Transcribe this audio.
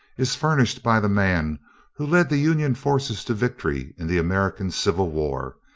is furnished by the man who led the union forces to victory in the american civil war,